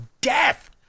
death